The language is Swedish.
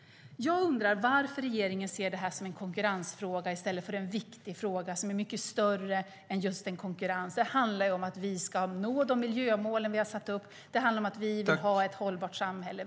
Jag undrar varför regeringen ser detta som en konkurrensfråga i stället för en viktig fråga som är mycket större än konkurrens. Det handlar om att vi ska nå de miljömål vi har satt upp och om att vi vill ha ett hållbart samhälle.